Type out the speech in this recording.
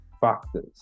factors